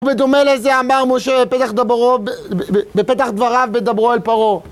ודומה לזה אמר משה בפתח דברו בפתח דבריו בדברו על פרעה